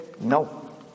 No